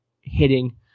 hitting